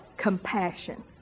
compassion